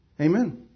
Amen